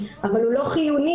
אבל הוא לא חיוני,